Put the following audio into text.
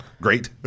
great